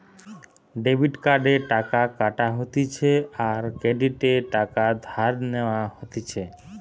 debit কার্ডে টাকা কাটা হতিছে আর ক্রেডিটে টাকা ধার নেওয়া হতিছে